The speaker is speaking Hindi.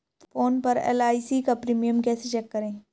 फोन पर एल.आई.सी का प्रीमियम कैसे चेक करें?